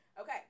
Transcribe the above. Okay